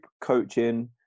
coaching